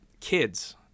kids